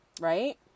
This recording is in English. Right